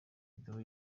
video